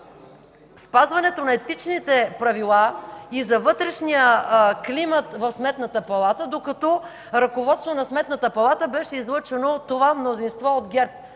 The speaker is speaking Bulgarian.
спазването на етичните правила и за вътрешния климат в Сметната палата, докато ръководството на Сметната палата беше излъчено от това мнозинство от ГЕРБ.